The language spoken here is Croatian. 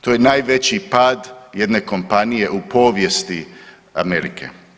To je najveći pad jedne kompanije u povijesti Amerike.